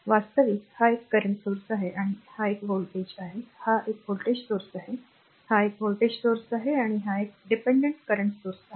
वास्तविक हा एक current स्त्रोत आहे आणि हा एक व्होल्टेज आहे हा एक voltage source आहे हा एक voltage source आहे आणि हा एक dependent current source आहे